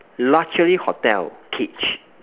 luxury hotel cage